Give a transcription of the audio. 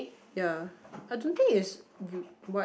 ya I don't think is you what